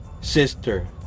sister